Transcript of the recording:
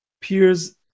peers